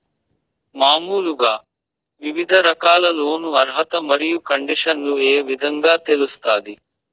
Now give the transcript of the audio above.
మామూలుగా వివిధ రకాల లోను అర్హత మరియు కండిషన్లు ఏ విధంగా తెలుస్తాది?